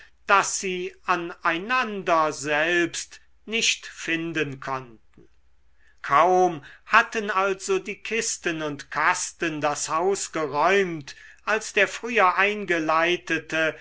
das sie an einander selbst nicht finden konnten kaum hatten also die kisten und kasten das haus geräumt als der früher eingeleitete